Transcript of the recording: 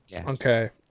Okay